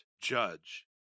judge